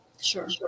Sure